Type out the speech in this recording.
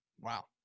Wow